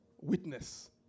Witness